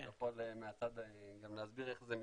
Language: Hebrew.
הוא יכול מהצד גם להסביר איך זה מתקבל.